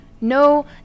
no